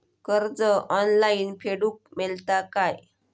कर्ज ऑनलाइन फेडूक मेलता काय?